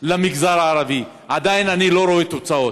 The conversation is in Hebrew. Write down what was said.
למגזר הערבי, ועדיין אני לא רואה תוצאות.